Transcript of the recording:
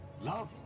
Love